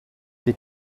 did